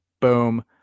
Boom